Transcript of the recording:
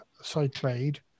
Cyclade